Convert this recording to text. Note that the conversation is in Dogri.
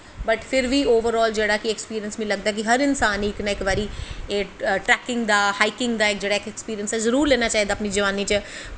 बट फिर बी ओवर आल जेह्ड़ा मिगी अक्सपिरिंस मिगी लगदा ऐ कि हर इंसान गी इक नां इक बारी एह् ट्रैकिंग दा हाईकिंग दा जरूर लैना चाहिदा असें अपनी जबानी च